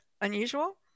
unusual